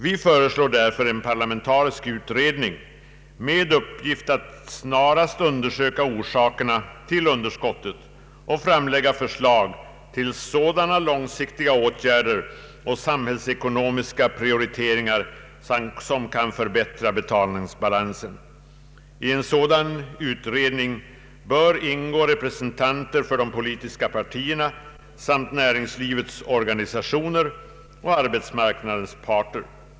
Vi föreslår därför en parlamentarisk utredning med uppgift att snarast undersöka orsaker na till underskottet och framlägga förslag till sådana långsiktiga åtgärder och samhällsekonomiska prioriteringar som kan förbättra betalningsbalansen. I en sådan utredning bör ingå representanter för de politiska partierna samt näringslivets organisationer och arbetsmarknadens parter.